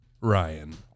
Ryan